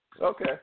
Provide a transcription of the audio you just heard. Okay